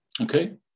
Okay